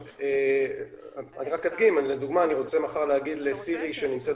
אני למשל רוצה להגיד לסירי שנמצאת